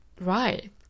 right